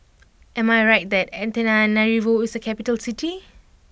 am I right that Antananarivo is a capital city